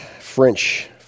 French